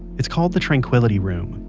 it's called the tranquility room,